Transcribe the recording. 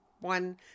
one